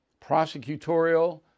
prosecutorial